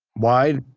why?